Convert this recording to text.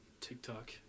TikTok